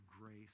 grace